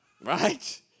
right